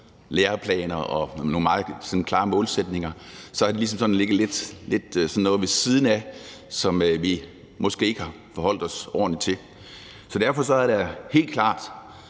læreplaner og nogle meget sådan klare målsætninger. Det har ligesom sådan ligget lidt som noget ved siden af, som vi måske ikke har forholdt os ordentligt til. Derfor er der helt klart